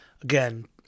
again